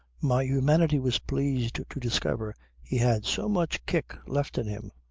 my humanity was pleased to discover he had so much kick left in him,